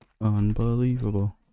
Unbelievable